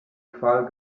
qual